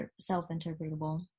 self-interpretable